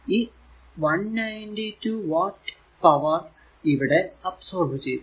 ഈ 192 watt power ഇവിടെ absorb ചെയ്തു